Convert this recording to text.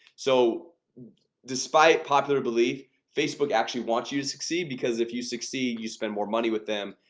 so despite popular belief facebook actually wants you to succeed because if you succeed you spend more money with them,